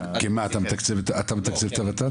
אתה מתקצב את הות"ת?